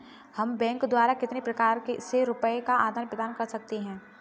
हम बैंक द्वारा कितने प्रकार से रुपये का आदान प्रदान कर सकते हैं?